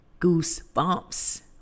Goosebumps